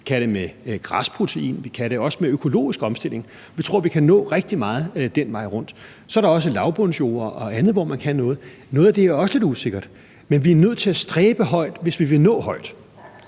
vi kan det med græsprotein, og vi kan det også med økologisk omstilling. Vi tror, at vi kan nå rigtig meget den vej rundt. Så er der også lavbundsjorder og andet, hvor man kan noget. Noget af det er også lidt usikkert, men vi er nødt til at stræbe højt, hvis vi vil nå højt.